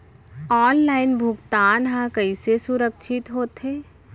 Online भुगतान हा कइसे सुरक्षित होथे?